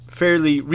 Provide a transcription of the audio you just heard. fairly